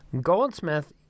Goldsmith